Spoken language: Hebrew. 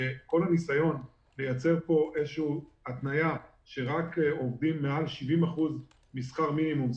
וכל הניסיון ליצור התניה שרק עובדים מעל 70% משכר מינימום,